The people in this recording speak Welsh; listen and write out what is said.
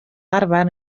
arfer